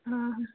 हाँ हाँ